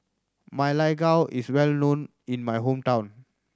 Ma Lai Gao is well known in my hometown